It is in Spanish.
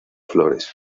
flores